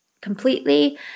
completely